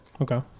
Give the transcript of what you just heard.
Okay